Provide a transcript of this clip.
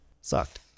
sucked